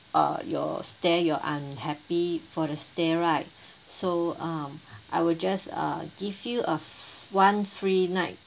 uh your stay your unhappy for the stay right so um I will just uh give you a one free night